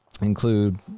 include